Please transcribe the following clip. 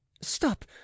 Stop